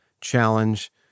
challenge